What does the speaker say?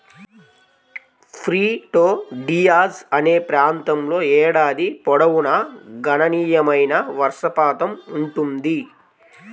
Prieto Diaz అనే ప్రాంతంలో ఏడాది పొడవునా గణనీయమైన వర్షపాతం ఉంటుంది